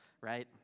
right